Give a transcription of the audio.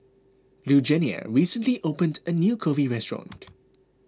Lugenia recently opened a new Kulfi restaurant